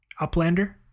Uplander